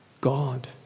God